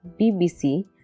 BBC